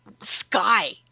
sky